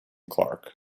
clarke